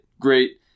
great